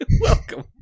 Welcome